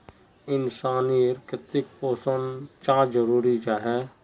इंसान नेर केते पोषण चाँ जरूरी जाहा?